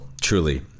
truly